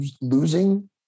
losing